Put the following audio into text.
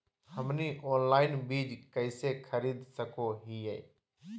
हमनी ऑनलाइन बीज कइसे खरीद सको हीयइ?